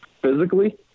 Physically